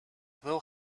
will